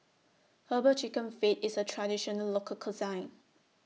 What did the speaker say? Herbal Chicken Feet IS A Traditional Local Cuisine